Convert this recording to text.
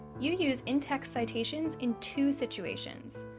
you use in-text citations in two situations.